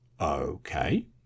okay